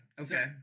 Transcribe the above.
Okay